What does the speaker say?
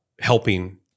helping